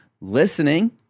listening